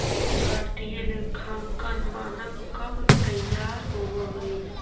भारतीय लेखांकन मानक कब तईयार होब हई?